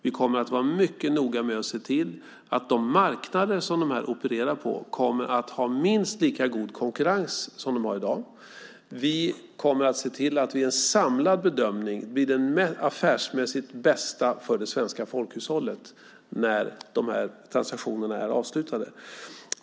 Vi kommer att vara mycket noga med att se till att de marknader som de opererar på kommer att ha minst lika god konkurrens som i dag. Vi kommer att se till att det vid en samlad bedömning blir den affärsmässigt bästa lösningen för det svenska folkhushållet när de här transaktionerna är avslutade.